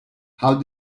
how